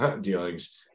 dealings